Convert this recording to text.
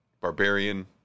barbarian